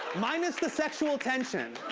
minus the sexual tension.